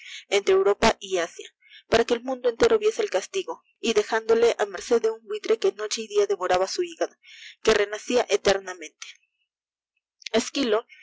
entre europa y asia para que el mundo entero viese el c iltigo y dejándole á merced de un buitre que noche y dia devoraba su hígado que renrcia eternamente esquilo